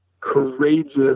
courageous